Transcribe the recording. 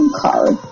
card